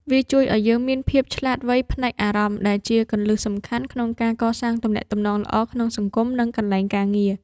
វាជួយឱ្យយើងមានភាពឆ្លាតវៃផ្នែកអារម្មណ៍ ដែលជាគន្លឹះសំខាន់ក្នុងការកសាងទំនាក់ទំនងល្អក្នុងសង្គម និងកន្លែងការងារ។